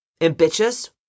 ambitious